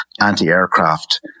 anti-aircraft